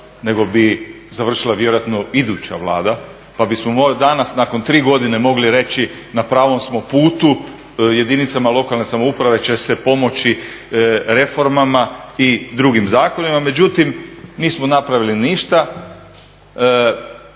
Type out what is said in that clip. nego bi završila vjerojatno iduća Vlada pa bismo danas nakon 3 godine mogli reći na pravom smo putu jedinicama lokalne samouprave će se pomoći reformama i drugim zakonima, međutim nismo napravili ništa,